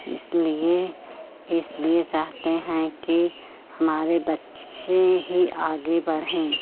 इसलिए इसलिए चाहते हैं कि हमारे बच्चे ही आगे बढ़ें